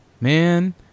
man